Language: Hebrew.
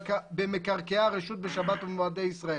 במקרקעי הרשות בשבת ובמועדי ישראל.